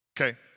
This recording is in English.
okay